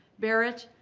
barrett,